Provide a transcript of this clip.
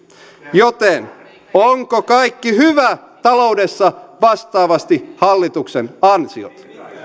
joten onko kaikki hyvä taloudessa vastaavasti hallituksen ansiota